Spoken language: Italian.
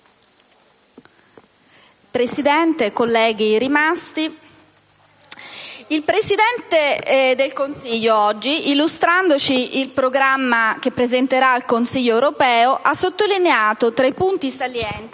Presidente, colleghi rimasti *(Ilarità)*, il Presidente del Consiglio oggi, illustrandoci il programma che presenterà al Consiglio europeo, ha sottolineato, tra i punti salienti,